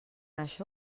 això